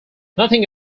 nothing